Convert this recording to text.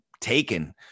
taken